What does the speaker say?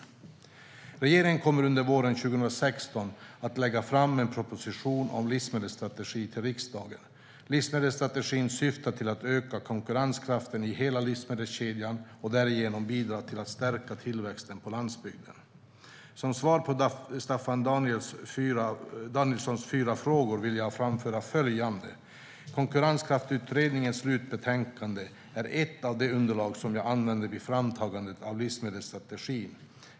Regeringen kommer under våren 2016 att lägga fram en proposition om en livsmedelsstrategi till riksdagen. Livsmedelsstrategin syftar till att öka konkurrenskraften i hela livsmedelskedjan och därigenom bidra till att stärka tillväxten på landsbygden. Som svar på Staffan Danielssons fyra frågor vill jag framföra följande: 1. Konkurrenskraftsutredningens slutbetänkande är ett av de underlag som jag använder vid framtagandet av livsmedelsstrategin.